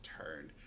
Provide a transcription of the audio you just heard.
turned